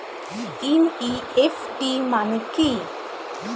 NEFT মানে কি?